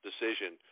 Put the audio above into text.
decision